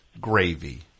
gravy